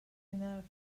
enough